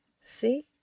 See